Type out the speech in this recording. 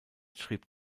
schrieb